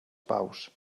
paus